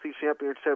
Championship